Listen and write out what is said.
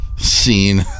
Scene